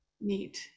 neat